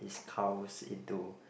his cows into